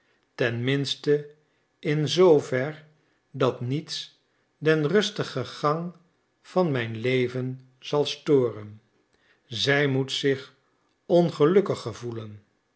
minste in zoover dat niets den rustigen gang van mijn leven zal storen zij moet zich ongelukkig gevoelen